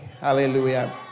hallelujah